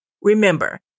Remember